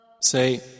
Say